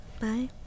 Bye